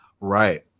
Right